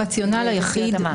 הרציונל היחיד,